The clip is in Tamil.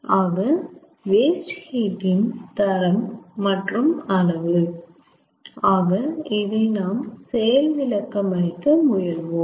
ஆக வேஸ்ட் ஹீட் இன் தரம் மற்றும் அளவு ஆக இதை நாம் செயல்விளக்கமளிக்க முயல்வோம்